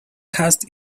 cast